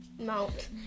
Mount